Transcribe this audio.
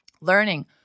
Learning